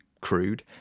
crude